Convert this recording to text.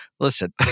Listen